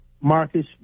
marcus